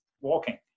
walking